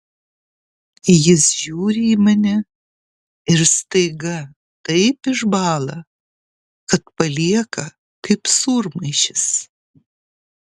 jis žiūri į mane ir staiga taip išbąla kad palieka kaip sūrmaišis